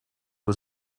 was